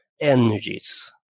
energies